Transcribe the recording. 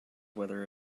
whether